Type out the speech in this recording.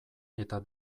eta